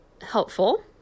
helpful